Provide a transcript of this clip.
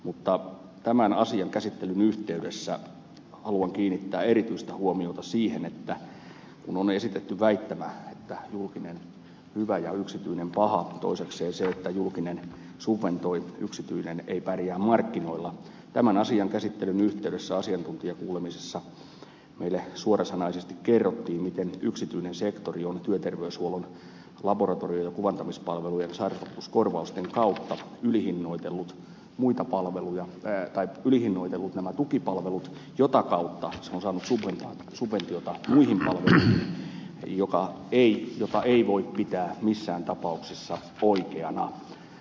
mutta tämän asian käsittelyn yhteydessä haluan kiinnittää erityistä huomiota siihen että kun on esitetty väittämä että julkinen hyvä ja yksityinen paha ja toisekseen se että kun julkinen subventoi yksityinen ei pärjää markkinoilla tämän asian käsittelyn yhteydessä asiantuntijakuulemisessa meille suorasanaisesti kerrottiin miten yksityinen sektori on työterveyshuollon laboratorio ja kuvantamispalvelujen sairausvakuutuskorvausten kautta ylihinnoitellut nämä tukipalvelut mitä kautta se on saanut subventiota muihin palveluihin mitä ei voi pitää missään tapauksessa oikeana